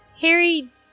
Harry